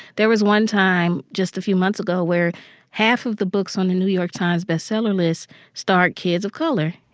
there was one time, just a few months ago where half of the books on the new york times bestseller list starred kids of color,